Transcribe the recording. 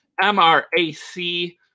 MRAC